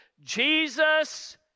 Jesus